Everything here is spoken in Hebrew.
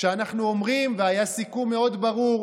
כשאנחנו אומרים, והיה סיכום מאוד ברור,